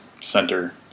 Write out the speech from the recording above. Center